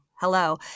hello